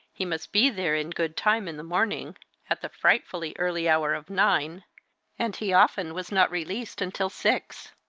he must be there in good time in the morning at the frightfully early hour of nine and he often was not released until six.